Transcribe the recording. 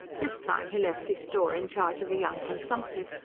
this time he left his store in charge of a young consumptive,